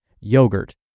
yogurt